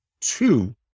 two